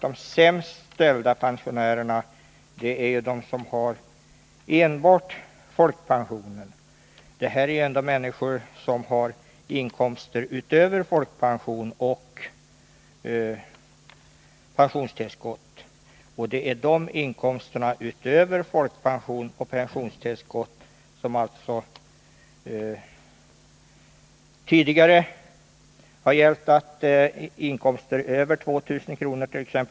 De sämst ställda pensionärerna är de som har enbart folkpension. Men här gäller det människor som har inkomster utöver folkpension och pensionstillskott. Det är för dessa inkomster som det tidigare gällde att bostadstilllägget minskades med en tredjedel av den inkomst som översteg 2 000 kr.